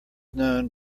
known